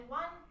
one